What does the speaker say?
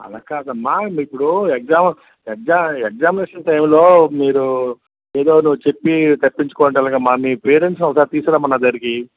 అలా కాదమ్మా ఇప్పుడు ఎగ్సామ్ ఎగ్సామ్ ఎగ్జామినేషన్ టైం లో మీరు ఏదోను చెప్పి తప్పించుకుంటే ఎలాగమ్మా మీ పేరెంట్స్ ని ఒకసారి తీసుకోరామ్మా నాదరికి